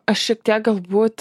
aš šiek tiek galbūt